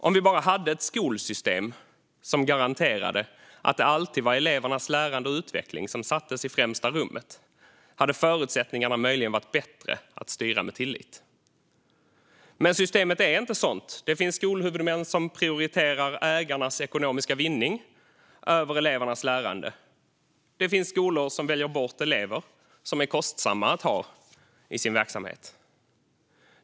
Om vi bara hade ett skolsystem som garanterade att det alltid var elevernas lärande och utveckling som sattes i främsta rummet hade förutsättningarna möjligen varit bättre att styra med tillit. Men systemet är inte sådant. Det finns skolhuvudmän som prioriterar ägarnas ekonomiska vinning framför elevernas lärande. Det finns skolor som väljer bort elever som är kostsamma att ha i verksamheten.